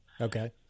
Okay